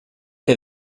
que